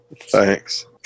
Thanks